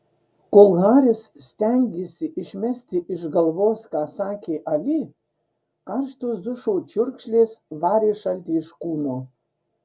kol haris stengėsi išmesti iš galvos ką sakė ali karštos dušo čiurkšlės varė šaltį iš kūno